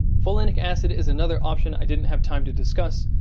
folinic acid is another option i didn't have time to discuss,